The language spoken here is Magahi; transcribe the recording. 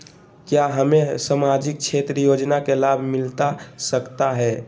क्या हमें सामाजिक क्षेत्र योजना के लाभ मिलता सकता है?